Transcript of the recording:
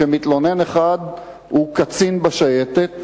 כשמתלונן אחד הוא קצין בשייטת,